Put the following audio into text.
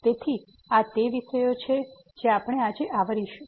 તેથી આ તે વિષયો છે જે આપણે આજે આવરીશું